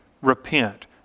repent